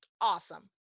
Awesome